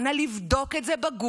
נא לבדוק את זה בגוגל,